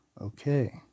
Okay